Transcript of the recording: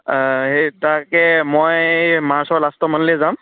সেই তাকে মই এই মাৰ্চৰ লাষ্টমানলৈয়ে যাম